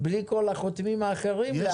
בלי כל החותמים האחרים?